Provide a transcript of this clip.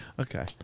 Okay